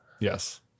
yes